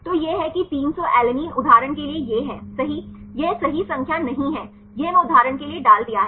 तो यह है कि 300 alanine उदाहरण के लिए यह है सही यह सही संख्या नहीं है यह मैं उदाहरण के लिए डाल दिया है